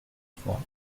trois